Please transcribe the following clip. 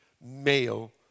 male